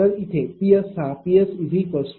तर इथे Ps हा Ps0